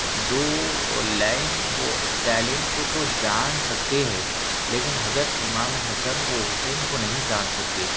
دو لین وہ اس ٹیلنٹ کو تو جان سکتے ہے لیکن حضرت امام حسن و حسین کو نہیں جان سکتے